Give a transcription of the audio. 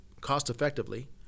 cost-effectively